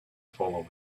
following